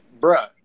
bruh